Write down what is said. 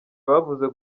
bavuze